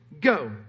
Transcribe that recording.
go